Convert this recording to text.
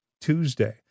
Tuesday